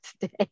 today